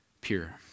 pure